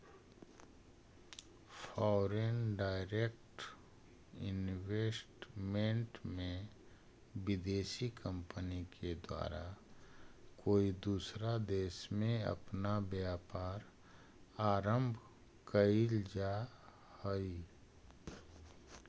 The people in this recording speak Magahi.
फॉरेन डायरेक्ट इन्वेस्टमेंट में विदेशी कंपनी के द्वारा कोई दूसरा देश में अपना व्यापार आरंभ कईल जा हई